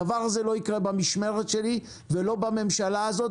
הדבר הזה לא יקרה במשמרת שלי ולא בממשלה הזאת,